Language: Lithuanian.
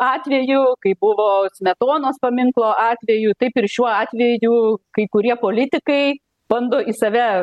atveju kaip buvo smetonos paminklo atveju taip ir šiuo atveju kai kurie politikai bando į save